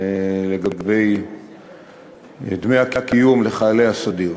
לגבי דמי הקיום לחיילי הסדיר,